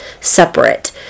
separate